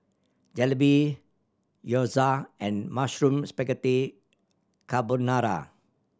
Jalebi Gyoza and Mushroom Spaghetti Carbonara